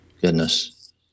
goodness